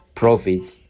profits